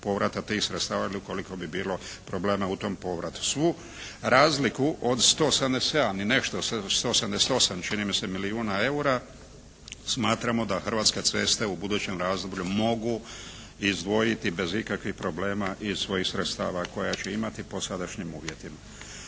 povrata tih sredstava ili ukoliko bi bilo problema u tom povratu. Svu razliku od 177 i nešto, 178 čini mi se milijuna eura, smatramo da Hrvatske ceste u budućem razdoblju mogu izdvojiti bez ikakvih problema iz svojih sredstava koja će imati po sadašnjim uvjetima.